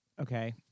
Okay